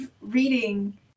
reading